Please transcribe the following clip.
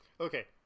Okay